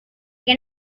que